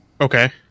Okay